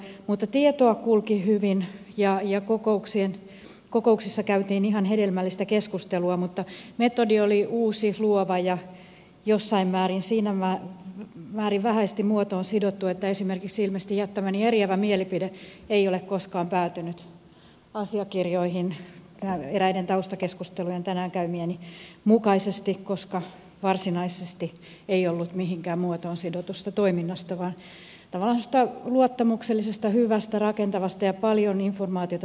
mutta tietoa kulki hyvin ja kokouksissa käytiin ihan hedelmällistä keskustelua mutta metodi oli uusi luova ja siinä määrin vähäisesti muotoon sidottu että ilmeisesti esimerkiksi jättämäni eriävä mielipide ei ole koskaan päätynyt asiakirjoihin eräiden tänään käymieni taustakeskustelujen mukaisesti koska varsinaisesti ei ollut kyse mihinkään muotoon sidotusta toiminnasta vaan tavallaan semmoisesta luottamuksellisesta hyvästä rakentavasta ja paljon informaatiota sisältävästä keskustelusta